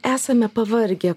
esame pavargę